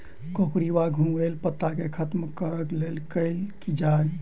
कोकरी वा घुंघरैल पत्ता केँ खत्म कऽर लेल की कैल जाय?